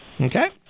Okay